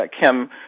Kim